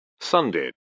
Sunday